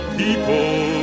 people